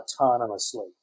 autonomously